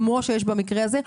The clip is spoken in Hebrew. כמו במקרה הזה,